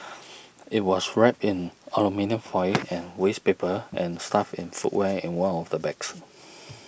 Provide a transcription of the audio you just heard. it was wrapped in aluminium foil and waste paper and stuffed in footwear in one of the bags